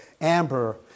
Amber